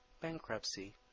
bankruptcy